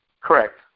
Correct